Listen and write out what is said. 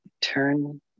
Turn